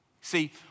See